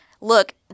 look